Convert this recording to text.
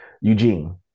Eugene